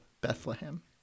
Bethlehem